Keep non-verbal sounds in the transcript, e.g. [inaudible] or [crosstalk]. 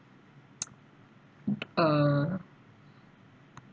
[noise] uh